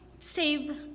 Save